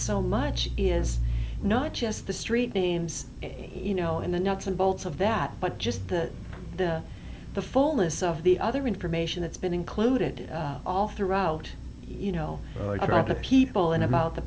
so much is not just the street names you know in the nuts and bolts of that but just the the fullness of the other information that's been included all throughout you know people and about the